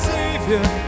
Savior